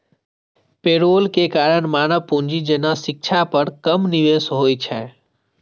payroll के कारण मानव पूंजी जेना शिक्षा पर कम निवेश होइ छै